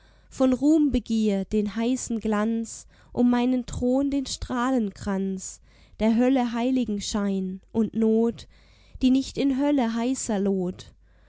von ruhmbegier den heißen glanz um meinen thron den strahlenkranz der hölle heiligenschein und not die nicht in hölle heißer loht